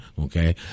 Okay